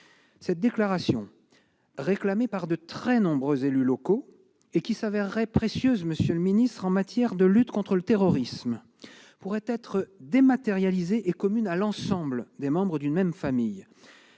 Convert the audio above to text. Cette déclaration, réclamée par de très nombreux élus locaux, et qui s'avérerait précieuse, monsieur le secrétaire d'État, en matière de lutte contre le terrorisme, pourrait être dématérialisée et commune à l'ensemble des membres d'une même famille.